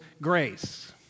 grace